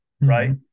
right